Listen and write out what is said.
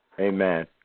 Amen